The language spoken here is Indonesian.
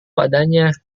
padanya